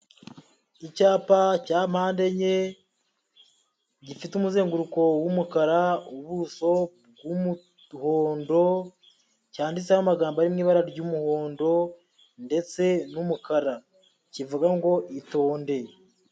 Icyapa cya mpande enye, gifite umuzenguruko w'umukara ,ubuso bw'umuhondo, cyanditseho amagambo ari mu ibara ry'umuhondo ndetse n'umukara kivuga ngo itonde.